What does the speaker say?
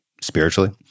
spiritually